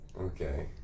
Okay